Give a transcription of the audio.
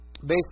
based